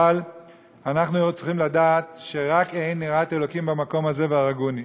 אבל אנחנו צריכים לדעת ש"רק אין יראת אלוקים במקום הזה והרגוני".